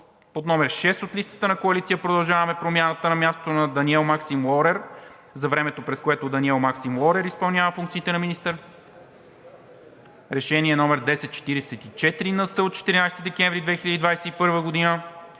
под № 6 от листата на Коалиция „Продължаваме Промяната“, на мястото на Даниел Максим Лорер за времето, през което Даниел Максим Лорер изпълнява функциите на министър; Решение № 1044-НС от 14 декември 2021 г. на